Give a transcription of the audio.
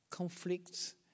conflicts